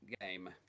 game